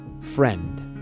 Friend